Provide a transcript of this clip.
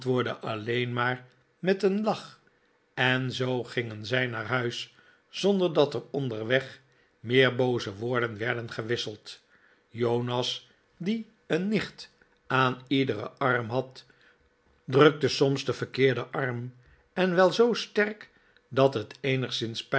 alleen maar met een lach en zoo gingen zij naar huis zonder dat er onderweg meer booze woorden werden gewisseld jonas die een nicht aan iederenjarm had drukte soms den verkeerden arm en wel zoo sterk dat het eenigszins